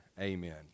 amen